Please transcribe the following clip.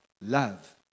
love